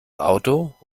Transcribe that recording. auto